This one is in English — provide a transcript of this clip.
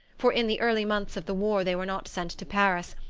for in the early months of the war they were not sent to paris,